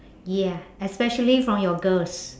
ya especially from your girls